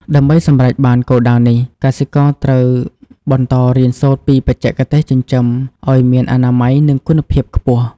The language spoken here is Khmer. ដើម្បីសម្រេចបានគោលដៅនេះ កសិករត្រូវបន្តរៀនសូត្រពីបច្ចេកទេសចិញ្ចឹមឲ្យមានអនាម័យនិងគុណភាពខ្ពស់។